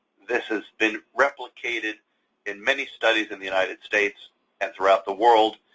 this has been replicated in many studies in the united states and throughout the world.